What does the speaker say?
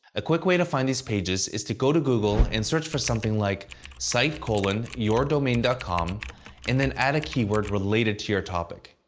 a quick way to find these pages is to go to google and search for something like site and yourdomain com and then add a keyword related to your topic.